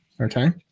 Okay